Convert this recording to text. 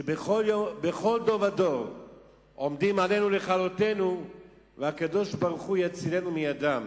שבכל דור ודור עומדים עלינו לכלותנו והקדוש-ברוך-הוא מצילנו מידם.